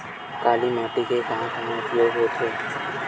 काली माटी के कहां कहा उपयोग होथे?